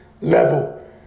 level